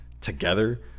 together